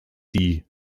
die